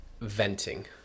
venting